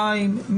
שניים.